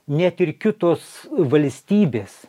net ir kitos valstybės